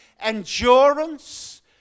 endurance